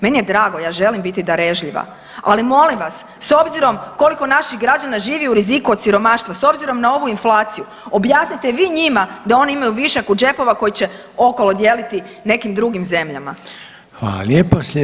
Meni je drago, ja želim biti darežljiva, ali molim vas, s obzirom koliko naših građana živi u riziku od siromaštva, s obzirom na ovu inflaciju, objasnite vi njima da oni imaju višak u džepova koji će okolo dijeliti nekim drugim zemljama.